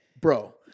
Bro